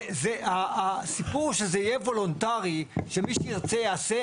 זה הסיפור שזה יהיה וולונטרי שמי שירצה יעשה,